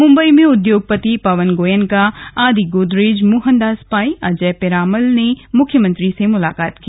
मुम्बई में उद्योगपति पवन गोयनका आदि गोदरेज मोहनदास पाई अजय पिरामल ने मुख्यमंत्री से मुलाकात की